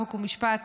חוק ומשפט